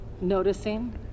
noticing